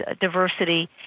diversity